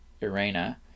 Irena